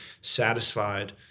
satisfied